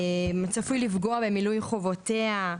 צפוי לפגוע במילוי חובותיה,